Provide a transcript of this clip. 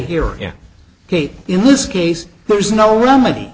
here yeah ok in this case there is no remedy